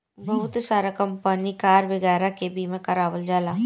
बहुत सारा company car वगैरह के बीमा करावल जाला